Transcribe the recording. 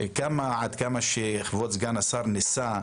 עד כמה שכבוד סגן השר ניסה,